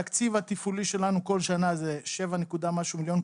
התקציב התפעולי שלנו כל שנה זה 7 ומשהו מיליון,